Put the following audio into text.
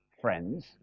friends